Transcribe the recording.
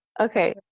Okay